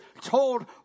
told